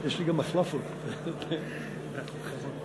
ניתן חצי דקה לברכות לשר עוזי לנדאו.